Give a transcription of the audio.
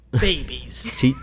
Babies